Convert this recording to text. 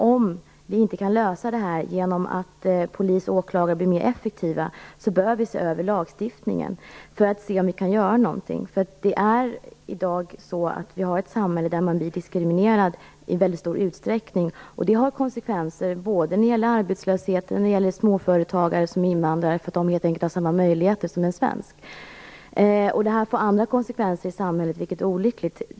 Om vi inte kan lösa detta problem genom att polis och åklagare blir mer effektiva behöver vi se över lagstiftningen för att se om vi kan göra någonting. Vi har i dag ett samhälle där man blir diskriminerad i väldigt stor utsträckning, och det får konsekvenser både när det gäller arbetslösheten och när det gäller småföretagare som är invandrare. De har helt enkelt inte samma möjligheter som en svensk. Det här får också andra konsekvenser i samhället, vilket är olyckligt.